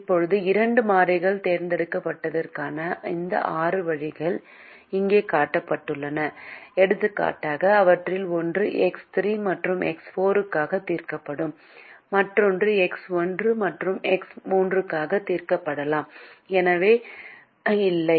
இப்போது இரண்டு மாறிகள் தேர்ந்தெடுப்பதற்கான இந்த ஆறு வழிகள் இங்கே காட்டப்பட்டுள்ளன எடுத்துக்காட்டாக அவற்றில் ஒன்று எக்ஸ் 3 மற்றும் எக்ஸ் 4 க்காக தீர்க்கப்படும் மற்றொன்று எக்ஸ் 1 மற்றும் எக்ஸ் 3 க்காக தீர்க்கப்படலாம் எனவே இல்லை